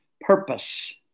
purpose